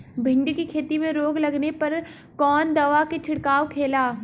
भिंडी की खेती में रोग लगने पर कौन दवा के छिड़काव खेला?